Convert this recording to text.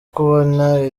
kubona